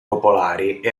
popolari